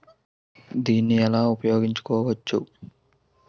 దీన్ని ఎలా ఉపయోగించు కోవచ్చు?